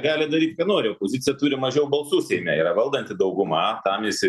gali daryti ką nori opozicija turi mažiau balsų seime yra valdanti dauguma tam jisai